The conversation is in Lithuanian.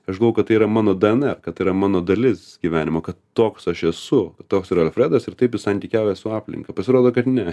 aš galvojau kad tai yra mano dnr kad tai yra mano dalis gyvenimo kad toks aš esu toks yra alfredas ir taip santykiauja su aplinka pasirodo kad ne